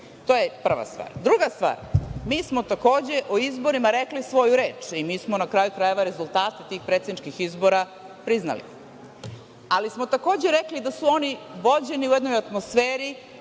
To je prva stvara. Druga stvar, mi smo takođe u izborima rekli svoju reč i mi smo na kraju krajeva rezultate tih predsedničkih izbora priznali, ali smo takođe rekli da su oni vođeni u jednoj atmosferi